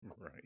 right